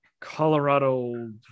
Colorado